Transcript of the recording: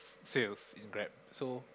sales in Grab so